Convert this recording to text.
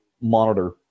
monitor